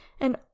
and